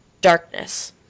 Darkness